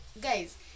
guys